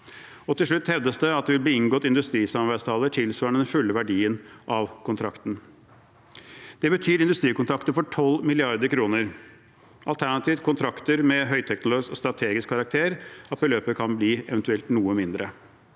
Til slutt hevdes det at det vil bli inngått industrisamarbeidsavtaler tilsvarende den fulle verdien av kontrakten. Det betyr industrikontrakter for 12 mrd. kr. Alternativt: Med kontrakter av høyteknologiske og strategisk karakter kan beløpet bli noe mindre.